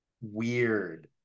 weird